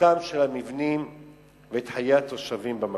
יציבותם של המבנים ואת חיי התושבים במקום.